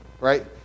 Right